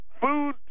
food